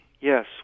yes